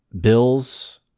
bills